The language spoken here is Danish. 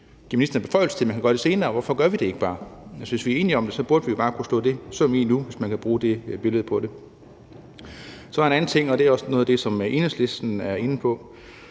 give ministeren beføjelse til, at man kan gøre det senere. Hvorfor gør vi det ikke bare? Hvis vi er enige om det, burde vi jo bare kunne slå det søm i nu, hvis man kan bruge det billede på det. Så er der en anden ting, og det er også noget af det, som Enhedslisten er inde på,